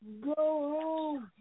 Go